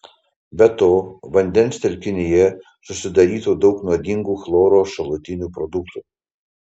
be to vandens telkinyje susidarytų daug nuodingų chloro šalutinių produktų